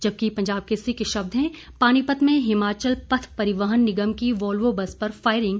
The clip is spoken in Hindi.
जबकि पंजाब केसरी के शब्द हैं पानीपत में हिमाचल पथ परिवहन निगम की वोल्वो बस पर फायरिंग